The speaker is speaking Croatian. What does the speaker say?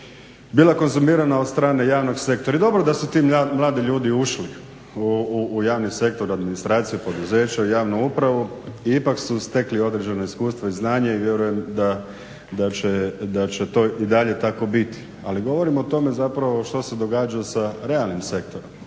bila konzumirana od strane javnog sektora i dobro da su ti mladi ljudi ušli u javni sektor administracije poduzeća i javnu upravu i ipak su stekli određena iskustva i znanja i vjerujem da će to i dalje tako biti. Ali govorim o tome zapravo što se događa sa realnim sektorom.